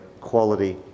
quality